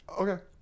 Okay